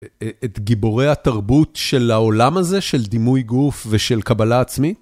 את גיבורי התרבות של העולם הזה של דימוי גוף ושל קבלה עצמית?